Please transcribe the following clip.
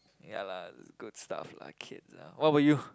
ya lah good stuff lah kids lah what about you